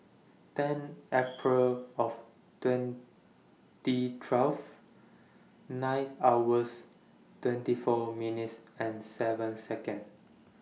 ten April of twenty twelve nine hours twenty four minutes and seven Second